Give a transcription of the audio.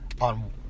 on